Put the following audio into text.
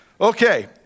Okay